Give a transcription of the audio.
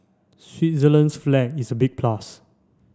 Switzerland's flag is a big plus